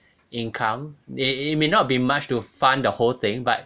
income they may not be much to fund the whole thing but